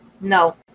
No